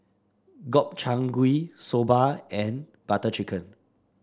Gobchang Gui Soba and Butter Chicken